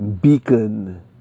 beacon